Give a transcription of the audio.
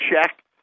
check